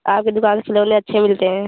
आपकी दुकान पर खिलौने अच्छे मिलते हैं